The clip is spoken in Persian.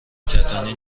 کتانی